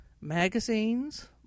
magazines